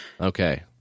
Okay